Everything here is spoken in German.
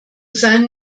seinen